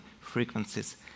frequencies